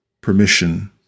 permission